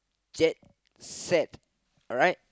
jet sack alright